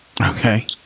Okay